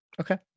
okay